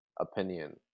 opinion